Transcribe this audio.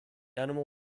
animal